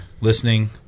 listening